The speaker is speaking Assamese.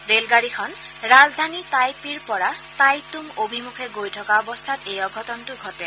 ৰেলগাডীখন ৰাজধানী টাইপিৰ পৰা টাইটুং অভিমূখে গৈ থকা অৱস্থাত এই অঘটনটো ঘটে